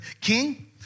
king